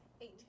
Eight